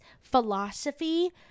philosophy